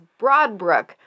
Broadbrook